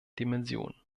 dimension